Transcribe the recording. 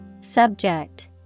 Subject